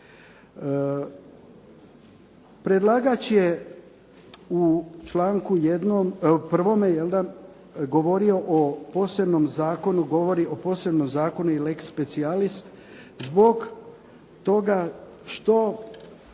Predlagač je u članku 1. govorio o posebnom zakonu, govori o posebnom zakonu lex specialis zbog toga što